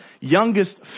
youngest